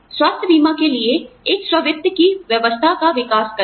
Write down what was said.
स्वास्थ्य बीमा के लिए एक स्व वित्त की व्यवस्था का विकास करना